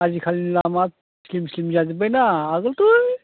आजिखालि लामा slim slim जाजोब्बाय दा आवगोलथ'